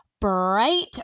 bright